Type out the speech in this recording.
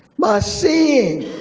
my seeing,